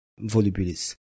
Volubilis